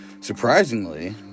surprisingly